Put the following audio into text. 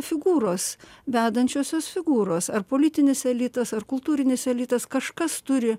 figūros vedančiosios figūros ar politinis elitas ar kultūrinis elitas kažkas turi